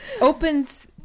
opens